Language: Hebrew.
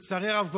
לצערי הרב,